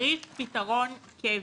צריך פתרון קבע,